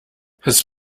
his